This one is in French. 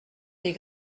des